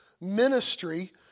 ministry